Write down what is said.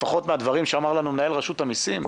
לפחות מהדברים שאמר לנו מנהל רשות המיסים,